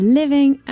living